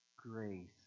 Grace